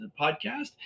podcast